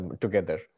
together